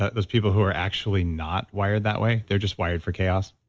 ah those people who are actually not wired that way, they're just wired for chaos?